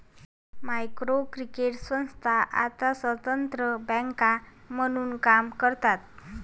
micro credit संस्था आता स्वतंत्र बँका म्हणून काम करतात